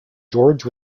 george